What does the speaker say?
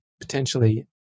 potentially